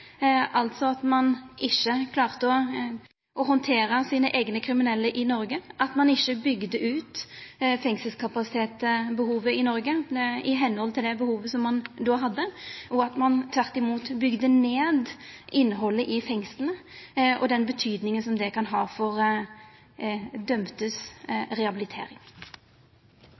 altså at ein ikkje klarte å handtera sine eigne kriminelle i Noreg, at ein ikkje bygde ut fengselskapasiteten i Noreg i samsvar med det behovet ein då hadde, og at ein tvert om bygde ned innhaldet i fengsla, med den betydninga det kan ha for dømdes rehabilitering.